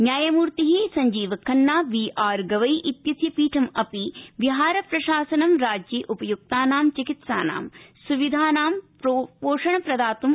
न्यायमूर्ति Sanjiv Khanna B R Gavai स्वित्यस्य पीठमपि बिहार प्रशासनं राज्ये उपयुक्तानां चिकित्सा सुविधानां पोषण प्रदातुमुक्तवन्तौ